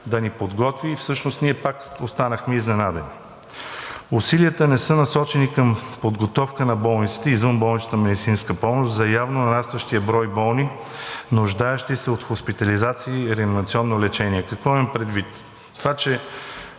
да ни подготви, и всъщност ние пак останахме изненадани. Усилията не са насочени към подготовка на болниците и извънболничната медицинска помощ за явно нарастващия брой болни, нуждаещи се от хоспитализация и реанимационно лечение. Какво имам предвид? Това, че